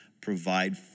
provide